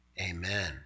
amen